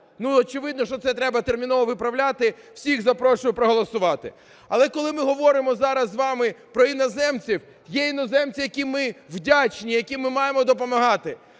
Ада. Очевидно, що це треба терміново виправляти. Всіх запрошую проголосувати. Але коли ми говоримо зараз з вами про іноземців, є іноземці, яким ми вдячні, яким ми маємо допомагати,